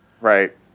Right